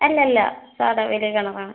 അല്ല അല്ല സാദാ ഒരേ അളവാണ്